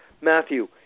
Matthew